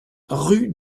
rue